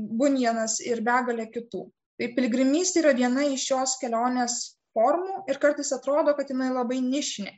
bunjenas ir begalė kitų piligrimystė yra viena iš šios kelionės formų ir kartais atrodo kad jinai labai nišinė